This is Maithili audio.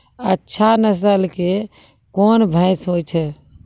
अच्छा नस्ल के कोन भैंस होय छै?